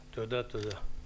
תודה, תודה.